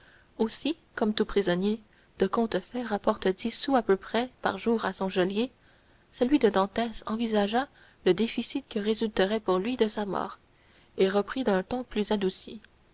aussi comme tout prisonnier de compte fait rapporte dix sous à peu près par jour à son geôlier celui de dantès envisagea le déficit qui résulterait pour lui de sa mort et reprit d'un ton plus radouci